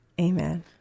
Amen